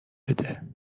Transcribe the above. بده